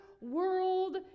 world